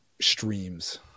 streams